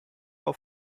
auf